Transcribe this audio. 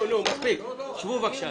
שבו בבקשה.